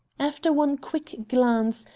after one quick glance,